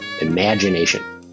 imagination